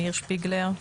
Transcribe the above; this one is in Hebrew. מאיר שפיגלר.